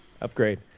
Upgrade